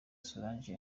solange